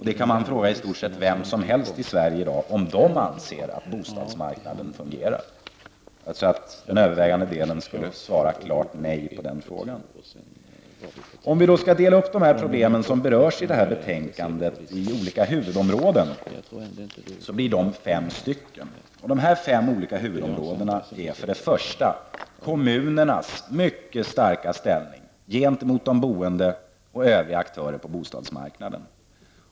Man kan i dag i stort sett fråga vem som helst i Sverige om bostadsmarknaden fungerar, och den övervägande delen av de tillfrågade skulle svara klart nej på den frågan. En uppdelning av de problem som berörs i betänkandet i olika huvudområden visar att det blir fem stycken. Ett sådant huvudområde är kommunernas mycket starka ställning gentemot boende och övriga aktörer på bostadsmarknaden.